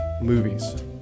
movies